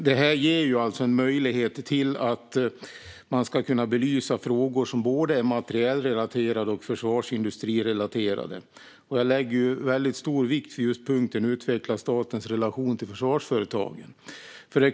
Det här ger en möjlighet att belysa materielrelaterade och försvarsindustrirelaterade frågor. Jag lägger särskilt väldigt stor vikt vid punkten om att utveckla statens relation till försvarsföretagen.